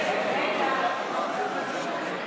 אל תצעקי.